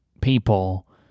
people